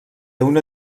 una